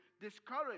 discourage